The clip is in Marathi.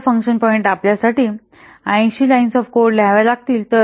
समजा फंक्शन पॉईंट साठी आपल्याला 80 लाईन्स ऑफ कोड लिहाव्या लागतील